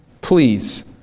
please